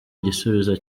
igisubizo